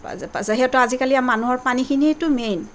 যিহেতু আজিকালি মানুহৰ পানীখিনিয়েইতো মেইন